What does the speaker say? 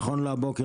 נכון להבוקר,